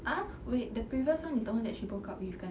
ah wait the previous one you told me she broke up with kan